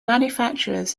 manufacturers